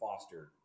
fostered